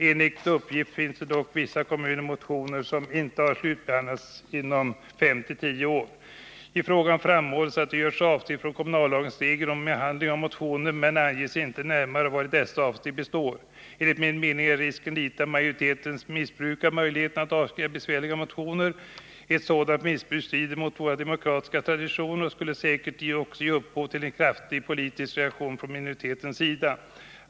Enligt uppgift finns det dock i vissa kommuner motioner som inte har slutbehandlats efter fem tio år. I frågan framhålls att det görs avsteg från kommunallagens regler om behandling av motioner men anges inte närmare vari dessa avsteg består. Enligt min mening är risken liten att majoriteten missbrukar möjligheten att avskriva besvärliga motioner. Ett sådant missbruk strider mot våra demokratiska traditioner och skulle säkert också ge upphov till en kraftig politisk reaktion från minoritetens sida.